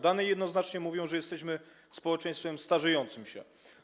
Dane jednoznacznie mówią, że jesteśmy społeczeństwem starzejącym się.